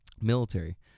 military